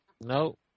Nope